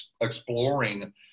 exploring